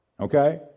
Okay